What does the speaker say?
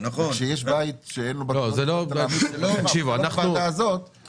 וכשיש בית שאין לו בטוחה --- זה לא בוועדה הזאת,